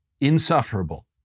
insufferable